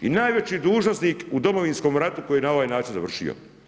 I najveći dužnosnik u Domovinskom ratu koji je na ovaj način završio.